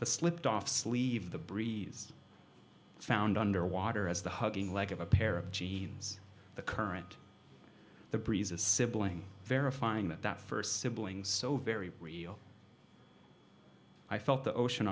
the slipped off sleeve the breeze found underwater as the hugging leg of a pair of jeans the current the breeze a sibling verifying that that first sibling so very real i felt the ocean